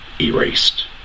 erased